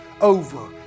over